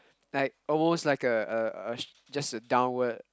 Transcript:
like almost like a a just a downward